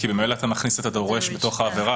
כי ממילא אתה מכניס את הדורש בתוך העבירה.